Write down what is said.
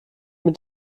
mit